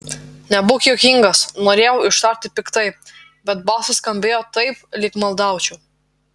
nebūk juokingas norėjau ištarti piktai bet balsas skambėjo taip lyg maldaučiau